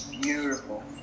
Beautiful